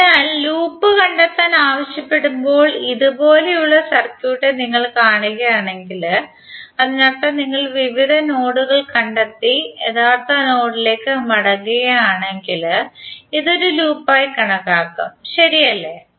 അതിനാൽ ലൂപ്പ് കണ്ടെത്താൻ ആവശ്യപ്പെടുമ്പോൾ ഇതുപോലുള്ള സർക്യൂട്ട് നിങ്ങൾ കാണുകയാണെങ്കിൽ അതിനർത്ഥം നിങ്ങൾ വിവിധ നോഡുകൾ കണ്ടെത്തി യഥാർത്ഥ നോഡിലേക്ക് മടങ്ങുകയാണെങ്കിൽ ഇത് ഒരു ലൂപ്പായി കണക്കാക്കുംശരി അല്ലെ